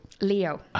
Leo